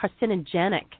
carcinogenic